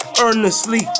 Earnestly